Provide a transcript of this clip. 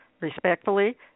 Respectfully